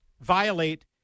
violate